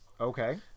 Okay